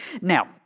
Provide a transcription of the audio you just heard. Now